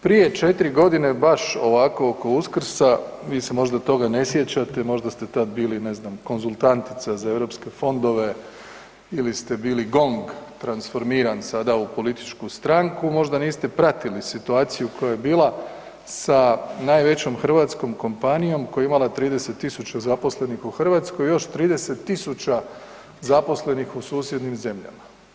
Prije 4 godine baš ovako oko Uskrsa vi se možda toga ne sjećate možda ste tada bili konzultantica za europske fondove ili ste bili GONG transformiran sada u političku stranku, možda niste pratili situaciju koja je bila sa najvećom hrvatskom kompanijom koja je imala 30.000 zaposlenih u Hrvatskoj i još 30.000 zaposlenih u susjednim zemljama.